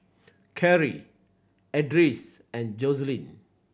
Carrie Edris and Joselyn